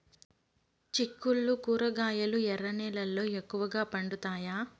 చిక్కుళ్లు కూరగాయలు ఎర్ర నేలల్లో ఎక్కువగా పండుతాయా